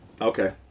Okay